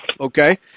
okay